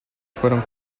fueron